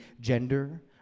gender